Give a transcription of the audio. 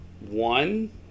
one